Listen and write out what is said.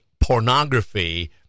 pornography